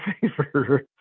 favor